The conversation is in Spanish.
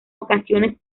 ocasiones